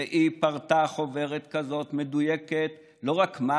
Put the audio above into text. והיא פירטה בחוברת כזאת מדויקת לא רק מה